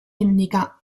indica